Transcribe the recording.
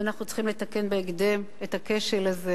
ואנחנו צריכים לתקן בהקדם את הכשל הזה.